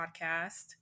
podcast